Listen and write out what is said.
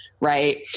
right